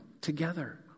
together